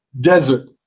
Desert